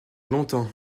longtemps